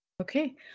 Okay